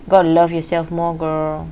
gotta love yourself more girl